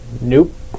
Nope